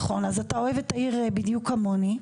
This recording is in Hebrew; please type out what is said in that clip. נכון, אז אתה אוהב את העיר בדיוק כמוני.